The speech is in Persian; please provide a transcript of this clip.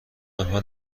آنها